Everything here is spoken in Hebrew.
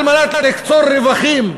על מנת לקצור רווחים.